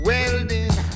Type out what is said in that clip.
Welding